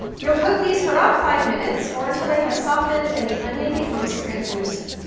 you'll cook these for about five minutes or until they have softened and the onion becomes translucent.